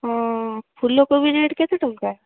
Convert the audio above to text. ହଁ ଫୁଲକୋବି ରେଟ୍ କେତେ ଟଙ୍କା